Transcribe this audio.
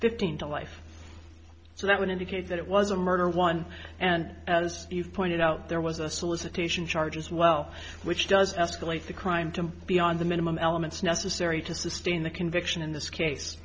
fifteen to life so that would indicate that it was a murder one and as you pointed out there was a solicitation charge as well which does escalate the crime to beyond the minimum elements necessary to sustain the conviction in this case